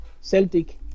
Celtic